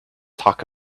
talk